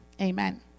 Amen